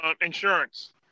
insurance